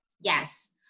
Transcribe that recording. Yes